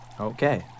Okay